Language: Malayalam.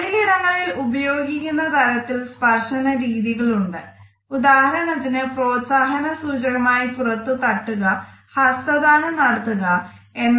തൊഴിലിടങ്ങളിൽ ഉപയോഗിക്കുന്ന തരത്തിൽ സ്പർശന രീതികൾ ഉണ്ട് ഉദാഹരണത്തിന് പ്രോത്സാഹന സൂചകമായി പുറത്ത് തട്ടുക ഹസ്തദാനം നടത്തുക എന്നിവ